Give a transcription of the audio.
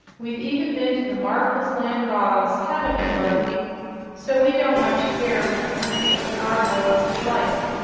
we've even been to the marvelous land of oz haven't we, dorothy so we don't much care what the country of the gargoyles is like.